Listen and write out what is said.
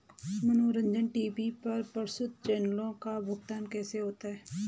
मनोरंजन टी.वी पर प्रसारित चैनलों का भुगतान कैसे होता है?